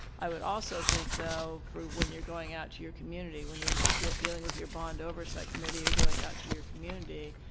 i would also think, though, when you're going out to your community when you're dealing with your bond oversight committee, you're going out to your community,